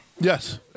Yes